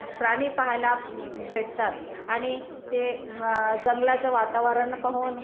प्राणी पाहायला भेटतात आणि ते जंगलाचं वातावरण पाहून